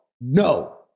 no